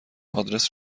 آدرس